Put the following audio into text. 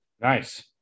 Nice